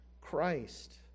Christ